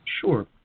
Sure